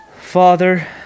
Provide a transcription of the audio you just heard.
Father